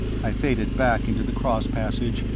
i faded back into the cross passage,